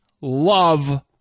love